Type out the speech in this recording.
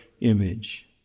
image